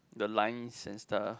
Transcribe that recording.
the lines and stuff